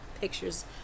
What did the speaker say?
pictures